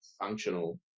functional